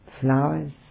Flowers